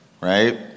right